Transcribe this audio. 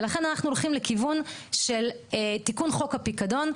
ולכן אנחנו הולכים לכיוון של תיקון חוק הפיקדון,